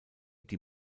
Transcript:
die